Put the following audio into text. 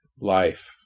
life